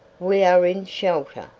we are in shelter,